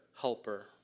helper